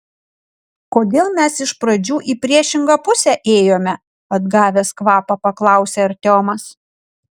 kodėl mes iš pradžių į priešingą pusę ėjome atgavęs kvapą paklausė artiomas